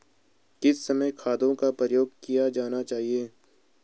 किस समय खादों का प्रयोग किया जाना चाहिए?